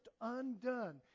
undone